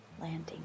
landing